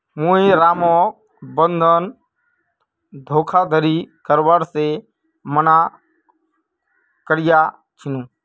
मुई रामक बंधक धोखाधड़ी करवा से माना कर्या छीनु